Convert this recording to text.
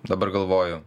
dabar galvoju